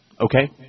Okay